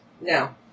No